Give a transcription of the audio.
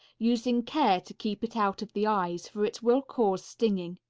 using care to keep it out of the eyes, for it will cause stinging.